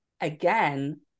again